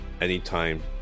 anytime